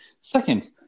Second